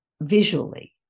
visually